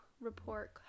report